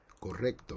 Correcto